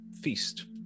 feast